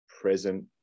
present